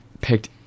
picked